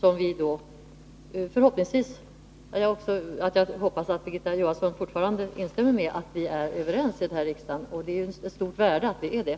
Jag hoppas fortfarande att Birgitta Johansson instämmer i att vi är överens om målen här i riksdagen. Det ligger ett stort värde i att vi är det.